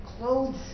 clothes